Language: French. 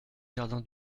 jardin